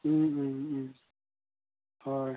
ও ও ও হয়